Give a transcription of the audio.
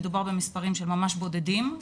מדובר במספרים של ממש בודדים.